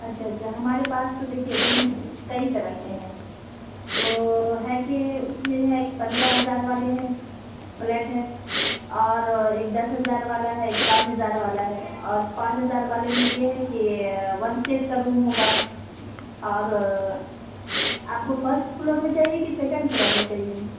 اچھا اچھا ہمارے پاس تو دیکھیے روم کئی طرح کے ہیں تو ہے کہ اس میں جو ہے ایک پندرہ ہزار والے ہیں فلیٹ ہے اور ایک دس ہزار والا ہے ایک پانچ ہزار والا ہے اور پانچ ہزار والے میں یہ ہے کہ ون سیٹ کا روم ہوگا اور آپ کو فسٹ فلور میں چاہیے کہ سیکینڈ فلور میں چاہیے